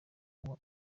uba